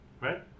Right